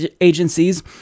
agencies